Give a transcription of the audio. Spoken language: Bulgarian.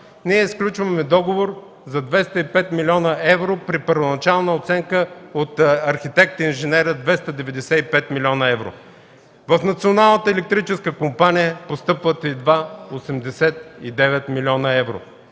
ние сключваме договор за 205 млн. евро при първоначална оценка от архитект-инженера 295 млн. евро. В Националната електрическа компания постъпват едва 89 млн. евро.